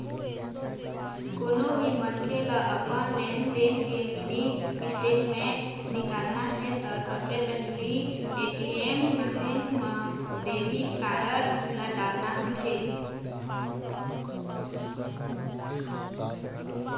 कोनो भी मनखे ल अपन लेनदेन के मिनी स्टेटमेंट निकालना हे त सबले पहिली ए.टी.एम मसीन म डेबिट कारड ल डालना होथे